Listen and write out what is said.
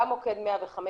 גם מוקד 105,